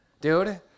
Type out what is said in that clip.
Dude